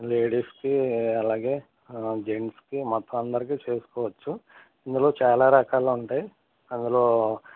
లేడీస్కి అలాగే జెంట్స్కి మొత్తం అందరికి చేసుకోవచ్చు ఇందులో చాలా రకాలు ఉంటాయి అందులో